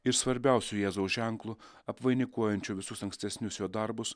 ir svarbiausiu jėzaus ženklu apvainikuojančiu visus ankstesnius jo darbus